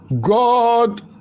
God